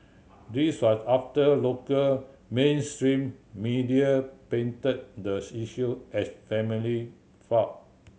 this was after local mainstream media painted the issue as family feud